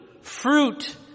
fruit